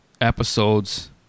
episodes